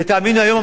ותאמינו לי,